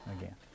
again